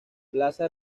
plaza